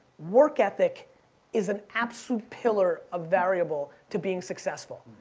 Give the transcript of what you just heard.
work ethic is an absolute pillar of variable to being successful.